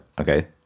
okay